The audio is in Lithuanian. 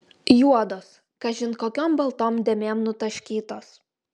juodos kažin kokiom baltom dėmėm nutaškytos